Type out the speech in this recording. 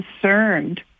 concerned